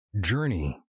journey